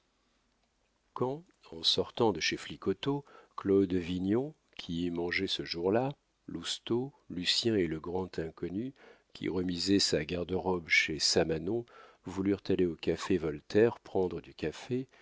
quand en sortant de chez flicoteaux claude vignon qui y mangeait ce jour-là lousteau lucien et le grand inconnu qui remisait sa garderobe chez samanon voulurent aller au café voltaire prendre du café